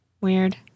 Weird